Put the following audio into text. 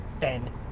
Ben